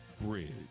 bridge